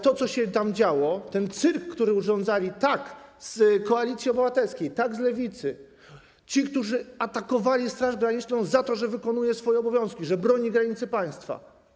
To, co się tam działo, ten cyrk, który urządzali posłowie zarówno z Koalicji Obywatelskiej, jak i z Lewicy, którzy atakowali Straż Graniczną za to, że wykonuje swoje obowiązki, że broni granicy państwa.